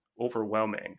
overwhelming